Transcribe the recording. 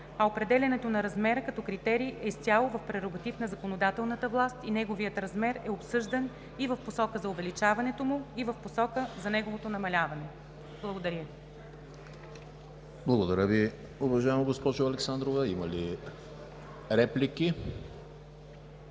а определянето на размера като критерий е изцяло в прерогатив на законодателната власт и неговият размер е обсъждан и в посока за увеличаването му, и в посока за неговото намаляване. Благодаря Ви. ПРЕДСЕДАТЕЛ ЕМИЛ ХРИСТОВ: Благодаря Ви, уважаема госпожо Александрова. Има ли реплики?